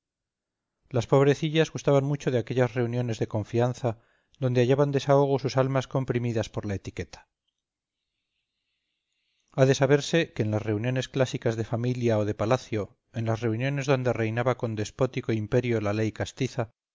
las pobrecillas gustaban mucho de aquellas reuniones de confianza donde hallaban desahogo sus almas comprimidas por la etiqueta ha de saberse que en las reuniones clásicas de familia o de palacio en las reuniones donde reinaba con despótico imperio la ley castiza